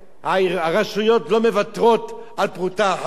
והרשויות לא מוותרות על פרוטה אחת.